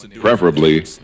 preferably